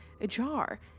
ajar